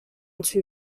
two